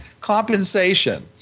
compensation